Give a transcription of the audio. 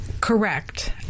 Correct